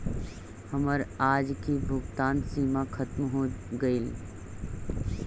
हमर आज की भुगतान सीमा खत्म हो गेलइ